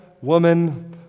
woman